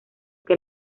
que